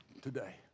today